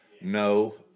no